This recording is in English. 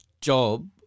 job